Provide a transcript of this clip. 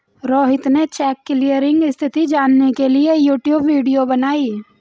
रोहित ने cheque clearing स्थिति जानने के लिए यूट्यूब वीडियो बनाई